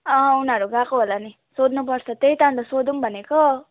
अँ उनीहरू गएको होला नि सोध्नुपर्छ त्यही त अनि त सोधौँ भनेको